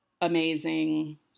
amazing